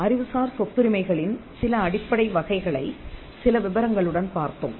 அறிவுசார் சொத்துரிமை களின் சில அடிப்படை வகைகளை சில விபரங்களுடன் பார்த்தோம்